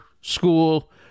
school